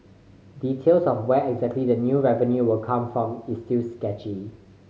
details of where exactly the new revenue will come from is still sketchy